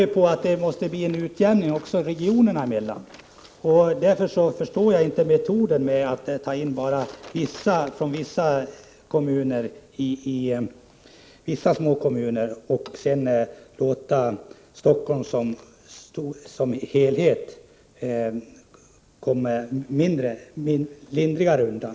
Vi anser att det måste bli en utjämning också regionerna emellan, och därför förstår jag inte metoden med en indragning som blir större från små kommuner när man låter Stockholm som helhet komma lindrigare undan.